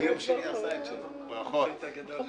זה נרשם בפרוטוקול,